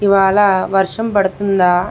ఇవాళ వర్షం పడుతుందా